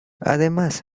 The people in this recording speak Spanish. además